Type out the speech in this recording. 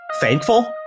thankful